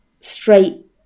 straight